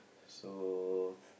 so